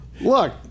look